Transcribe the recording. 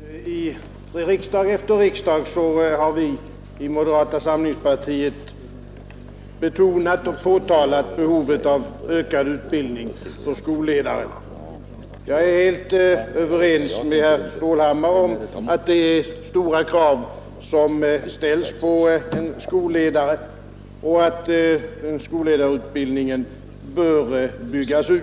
Fru talman! Vid riksdag efter riksdag har vi i moderata samlingspartiet betonat och påtalat behovet av ökad utbildning för skolledare. Jag är helt överens med herr Stålhammar om att det är stora krav som ställs på en skolledare och att skolledarutbildningen bör byggas ut.